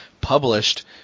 published